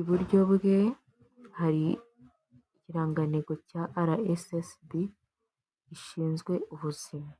iburyo bwe hari ikirangantego cya RSSB gishinzwe ubuzima.